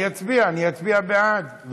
אני אצביע, אני אצביע בעד.